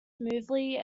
smoothly